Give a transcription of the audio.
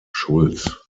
schulz